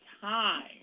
time